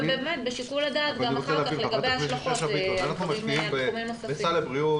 ובאמת בשיקול הדעת גם אחר כך לגבי ההשלכות על תחומים נוספים.